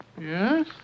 yes